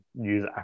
use